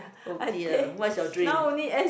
oh dear what is your dream